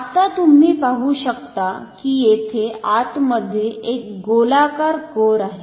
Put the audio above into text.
आता तुम्ही पाहु शकता की येथे आतमध्ये एक गोलाकार कोअर आहे